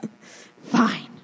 fine